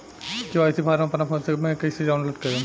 KYC form अपना phone मे कइसे डाऊनलोड करेम?